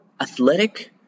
athletic